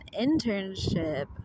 internship